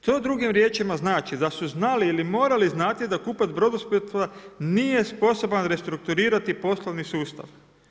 To drugim riječima znači da su znali ili morali znati da kupac Brodosplita nije sposoban restrukturirati poslovni sustav.